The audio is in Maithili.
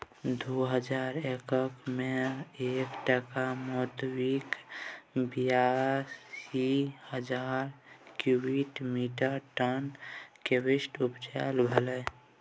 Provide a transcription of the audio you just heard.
दु हजार एक्कैस मे एक डाटा मोताबिक बीयालीस हजार क्युबिक मीटर टन टिंबरक उपजा भेलै